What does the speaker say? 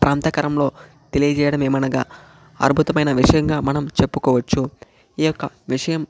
ప్రాంతకరంలో తెలియజేయడం ఏమనగా అద్భుతమైన విషయంగా మనం చెప్పుకోవచ్చు ఈ యొక్క విషయం